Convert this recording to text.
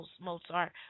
Mozart